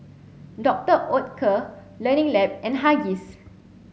Doctor Oetker Learning Lab and Huggies